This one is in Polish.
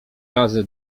razy